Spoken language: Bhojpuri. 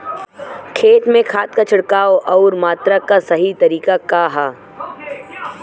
खेत में खाद क छिड़काव अउर मात्रा क सही तरीका का ह?